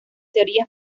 teorías